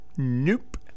Nope